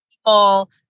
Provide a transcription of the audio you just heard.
people